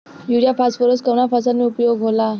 Urea phosphorus कवना फ़सल में उपयोग होला?